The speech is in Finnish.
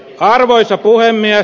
arvoisa puhemies